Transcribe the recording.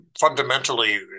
Fundamentally